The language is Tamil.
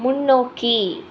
முன்னோக்கி